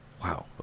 Wow